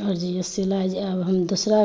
आर जे यऽ सिलाइ जे आब हम दोसरा